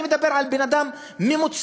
אני מדבר על בן-אדם ממוצע.